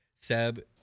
Seb